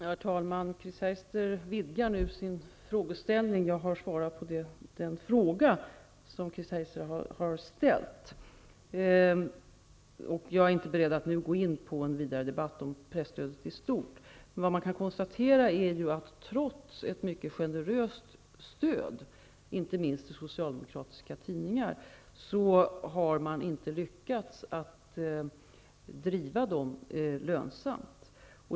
Herr talman! Chris Heister vidgar nu sin frågeställning. Jag har svarat på den fråga som hon har ställt. Jag är inte beredd att nu gå in på en vidare debatt om presstödet. Vi kan konstatera att trots ett mycket generöst stöd för inte minst socialdemokratiska tidningar har man inte lyckats driva dem lönsamt.